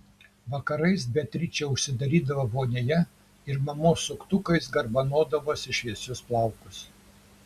vakarais beatričė užsidarydavo vonioje ir mamos suktukais garbanodavosi šviesius plaukus